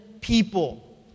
people